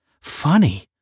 Funny